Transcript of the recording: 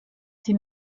sie